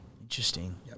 Interesting